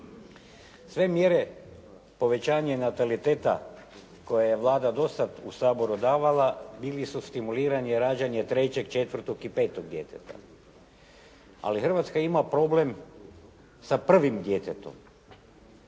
Sve mjere povećanja nataliteta koje je Vlada do sad u Saboru davala bili su stimuliranje rađanje trećeg, četvrtog i petog djeteta. Ali Hrvatska ima problem sa prvim djetetom.